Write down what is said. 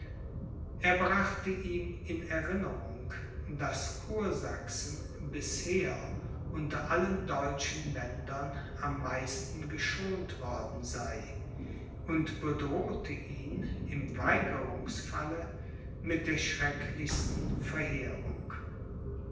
er brachte ihm in erinnerung daß kursachsen bisher unter allen deutschen ländern am meisten geschont worden sei und bedrohte ihn im weigerungsfalle mit der schrecklichsten verheerung